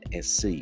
SC